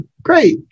Great